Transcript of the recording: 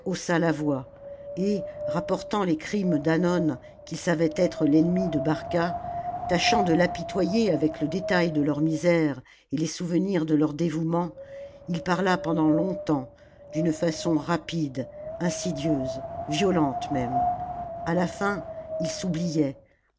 la voix et rapportant les crimes d'hannon qu'il savait être l'ennemi de barca tâchant de l'apitoyer avec le détail de leurs misères et les souvenirs de leur dévouement il parla pendant longtemps d'une façon rapide insidieuse violente même à la fin il s'oubliait